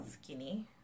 skinny